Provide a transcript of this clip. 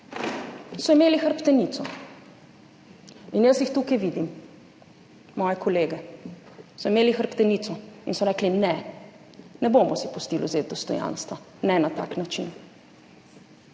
so imeli hrbtenico in jaz jih tukaj vidim, svoje kolege. So imeli hrbtenico in so rekli ne, ne bomo si pustili vzeti dostojanstva, ne na tak način.